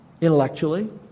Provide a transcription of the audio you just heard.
intellectually